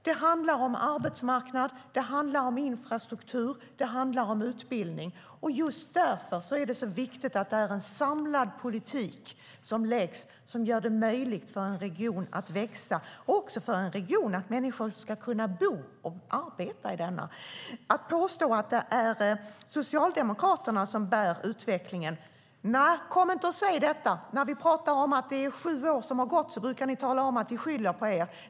Det handlar om arbetsmarknad, det handlar om infrastruktur och det handlar om utbildning. Just därför är det viktigt att det är en samlad politik som läggs fram och som gör det möjligt för en region att växa och för människor att bo och arbeta i denna region. Kom inte och påstå att det är Socialdemokraterna som bär utvecklingen! När vi pratar om att det är sju år som har gått brukar ni tala om att vi skyller på er.